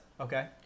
Okay